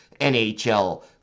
NHL